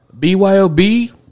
BYOB